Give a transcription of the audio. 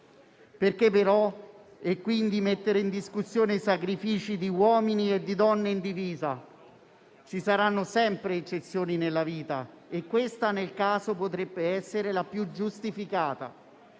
Perché, quindi, mettere in discussione i sacrifici di uomini e di donne in divisa? Ci saranno sempre eccezioni nella vita e questa, nel caso, potrebbe essere la più giustificata.